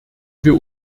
wir